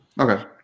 Okay